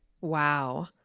Wow